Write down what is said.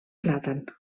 plàtan